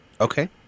Okay